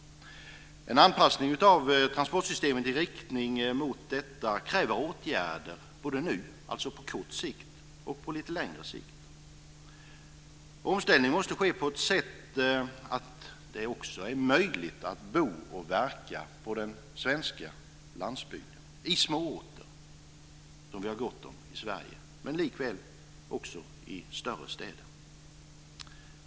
En anpassning av transportsystemen i riktning mot detta kräver åtgärder både nu, dvs. på kort sikt, och på lite längre sikt. Omställningen måste ske på så sätt att det också är möjligt att bo och verka i småorter på den svenska landsbygden, som vi har gott om i Sverige, men också i större städer.